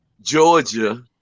Georgia